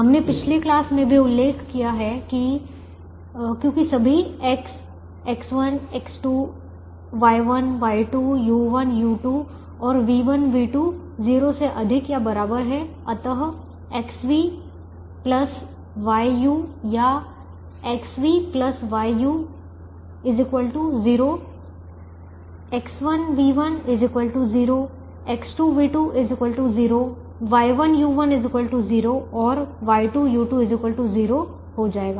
हमने पिछले क्लास में भी उल्लेख किया है कि क्योंकि सभी X's X1 X2 Y1 Y2 U1 U2 और V1 V2 0 से अधिक या बराबर है अतः XV YU या XV YU 0 X1V1 0 X2V2 0 Y1U1 0 और Y2U2 0 हो जाएगा